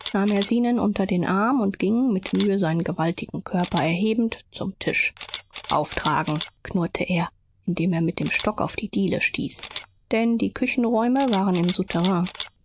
zenon unter den arm und ging mit mühe seinen gewaltigen körper erhebend zum tisch aufträgen knurrte er indem er mit dem stock auf die diele stieß denn die küchenräume waren im